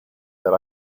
that